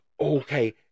okay